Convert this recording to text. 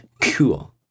Cool